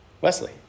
Wesley